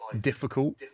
difficult